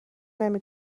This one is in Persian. نمی